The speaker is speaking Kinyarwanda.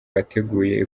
wateguye